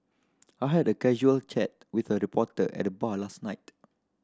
I had a casual chat with a reporter at the bar last night